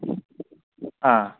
ꯑꯥ